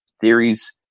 theories